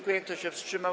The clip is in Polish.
Kto się wstrzymał?